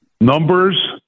numbers